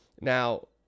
Now